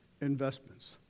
investments